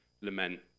lament